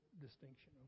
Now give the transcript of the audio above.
distinction